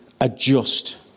adjust